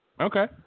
Okay